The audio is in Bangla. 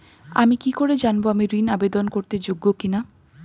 আমি কি করে জানব আমি ঋন আবেদন করতে যোগ্য কি না?